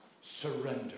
surrender